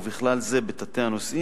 ובכלל זה בתתי-הנושאים,